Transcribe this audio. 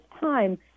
time